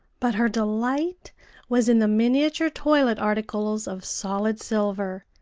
but her delight was in the miniature toilet articles of solid silver,